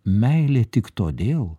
meilė tik todėl